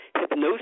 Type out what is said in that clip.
hypnosis